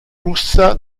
russa